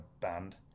Band